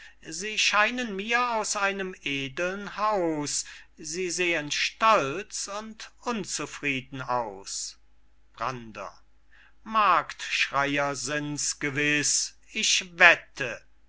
sie scheinen mir aus einem edlen haus sie sehen stolz und unzufrieden aus brander marktschreyer sind's gewiß ich wette